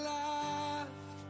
life